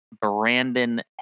Brandon